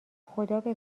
خدابه